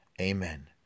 Amen